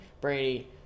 Brady